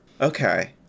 Okay